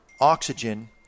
oxygen